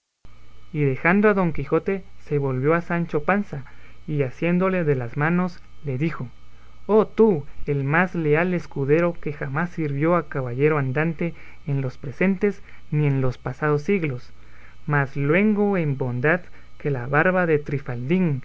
y dejando a don quijote se volvió a sancho panza y asiéndole de las manos le dijo oh tú el más leal escudero que jamás sirvió a caballero andante en los presentes ni en los pasados siglos más luengo en bondad que la barba de